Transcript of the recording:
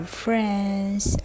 friends